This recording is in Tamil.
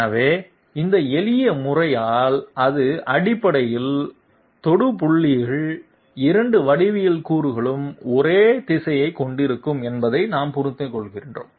எனவே இந்த எளியவழி முறையால் இது அடிப்படையில் தொடு புள்ளிகளில் இரண்டு வடிவியல் கூறுகளும் ஒரே திசையைக் கொண்டிருக்கும் என்பதை நாம் புரிந்துகொள்கிறோம்